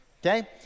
Okay